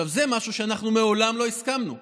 זה משהו שאנחנו מעולם לא הסכמנו לו.